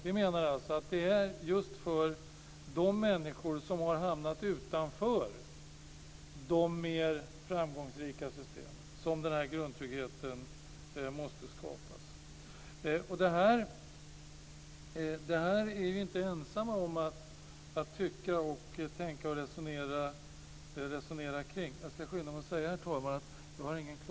Vi menar alltså att det är just för de människor som har hamnat utanför de mer framgångsrika systemen som denna grundtrygghet måste skapas. Detta är vi inte ensamma om att tycka och tänka och resonera kring.